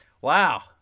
Wow